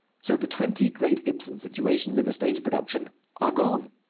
so the twenty great ibsen situations in the stage production are gone.